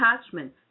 attachment